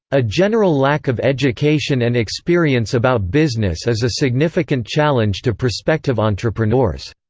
a general lack of education and experience about business is a significant challenge to prospective entrepreneurs,